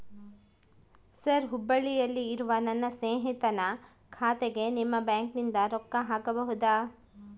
Sir ಹುಬ್ಬಳ್ಳಿಯಲ್ಲಿ ಇರುವ ನನ್ನ ಸ್ನೇಹಿತನ ಖಾತೆಗೆ ನಿಮ್ಮ ಬ್ಯಾಂಕಿನಿಂದ ರೊಕ್ಕ ಹಾಕಬಹುದಾ?